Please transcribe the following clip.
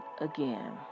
again